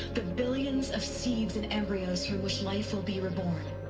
the billions of seeds and embryos from which life will be reborn.